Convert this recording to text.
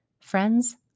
friends